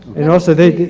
and also they.